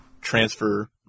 transfer